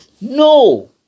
No